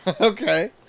Okay